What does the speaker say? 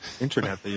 Internet